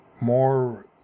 more